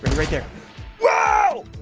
right there wow